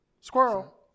Squirrel